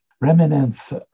remnants